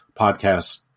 podcast